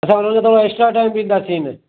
असां हुनखे थोरो एक्स्ट्रा टाइम ॾींदासीन